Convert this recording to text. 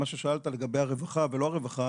מה ששאלת לגבי הרווחה ולא הרווחה,